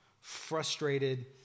frustrated